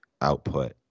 output